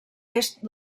est